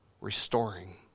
restoring